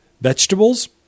vegetables